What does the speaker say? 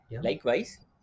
Likewise